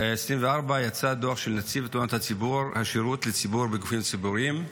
2024 יצא דוח של נציב תלונות הציבור: השירות לציבור בגופים ציבוריים,